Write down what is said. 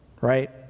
right